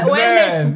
Wellness